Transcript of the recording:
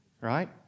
right